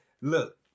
look